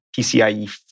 PCIe